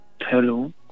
hello